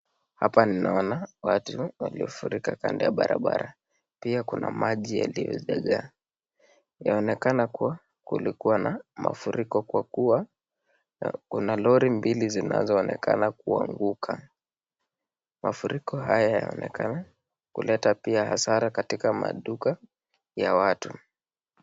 Hapa ninaona watu waliofurika kando ya barabara, pia kuna maji yaliyo jaa jaa, yaonekana kuwa kulikuwa na mafuriko kwa kuwa kuna lorry mbili zinazoonekana kuanguka. Mafuriko haya yanaonekana kuleta hasara katika maduka ya watu.